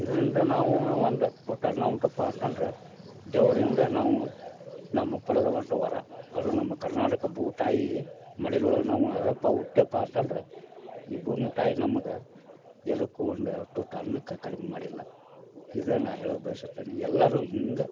ಇದರಿಂದ ನಾವು ಒಂದು ತುತ್ತು ಅನ್ನ ಉಂಡ್ತಪ್ಪ ಅಂತಂದ್ರೆ ದೇವರಿಂದ ನಾವು ನಮ್ಮ ಪಡೆದ ಒಂದು ವರ ಅದು ನಮ್ಮ ಕರ್ನಾಟಕ ಭೂತಾಯಿ ಮಡಿಲೊಳಗೆ ನಾವು ಅದಪ್ಪ ಹುಟ್ಯಪ್ಪ ಅಂತಂದ್ರೆ ಈ ಭೂಮಿ ತಾಯಿ ನಮಗೆ ಎದಕ್ಕೂ ಒಂದು ತುತ್ತು ಅನ್ನಕ್ಕೆ ಕಡಿಮೆ ಮಾಡಿಲ್ಲ ಇದೇ ನಾನು ಹೇಳೋದು ಬಯ್ಸುತ್ತೀನಿ ಎಲ್ಲರೂ ಹಿಂಗೇ